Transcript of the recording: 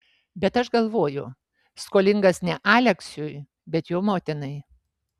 bet aš galvoju skolingas ne aleksiui bet jo motinai